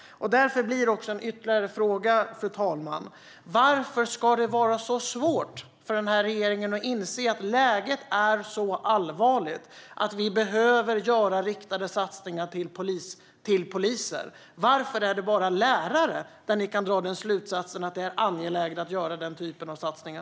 Därför blir en ytterligare fråga, fru talman: Varför ska det vara så svårt för den här regeringen att inse att läget är så pass allvarligt att vi behöver göra riktade satsningar till polisen? Varför är det bara när det gäller lärare man kan dra slutsatsen att det är angeläget att göra den typen av satsningar?